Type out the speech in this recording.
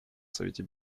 совете